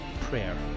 prayer